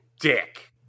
dick